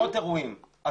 אולמות אירועים.